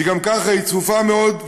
שגם ככה היא צפופה מאוד,